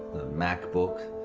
macbook,